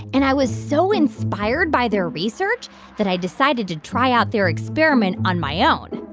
and i was so inspired by their research that i decided to try out their experiment on my own,